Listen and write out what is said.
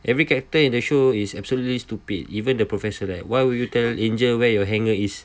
every character in the show is absolutely stupid even the professor right why would you tell angel where your hangar is